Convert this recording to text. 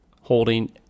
holding